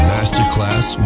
Masterclass